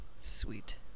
sweet